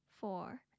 four